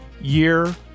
year